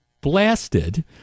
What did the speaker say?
blasted